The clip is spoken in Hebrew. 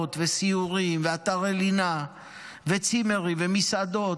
ובסמטאות ובסיורים, באתרי לינה וצימרים ובמסעדות.